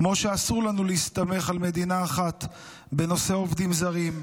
כמו שאסור לנו להסתמך על מדינה אחת בנושא עובדים זרים,